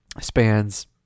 spans